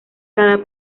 cada